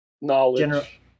knowledge